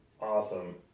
awesome